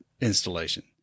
installation